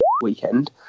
weekend